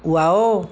wow